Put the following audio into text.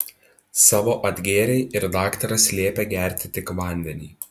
savo atgėrei ir daktaras liepė gerti tik vandenį